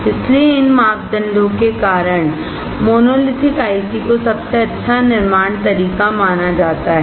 इसलिए इन मापदंडों के कारण मोनोलिथिक आईसी को सबसे अच्छा निर्माण तरीका माना जाता है